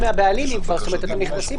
יהיה.